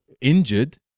injured